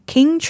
King